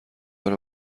داره